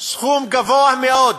סכום גבוה מאוד,